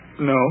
No